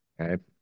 okay